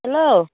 hello